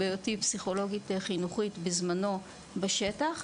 בהיותי פסיכולוגית חינוכית בזמנו בשטח,